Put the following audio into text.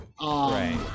Right